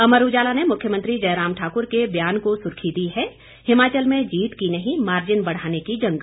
अमर उजाला ने मुख्यमंत्री जयराम ठाकुर के बयान को सुर्खी दी है हिमाचल में जीत की नहीं मार्जिन बढ़ाने की जंग